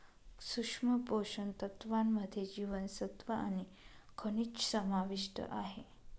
सूक्ष्म पोषण तत्त्वांमध्ये जीवनसत्व आणि खनिजं समाविष्ट आहे